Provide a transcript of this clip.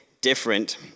different